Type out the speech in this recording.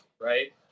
right